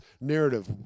narrative